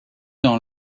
dans